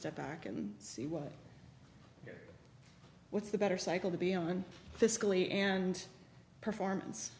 step back and see why what's the better cycle to be on fiscally and performance